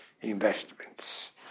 investments